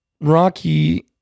Rocky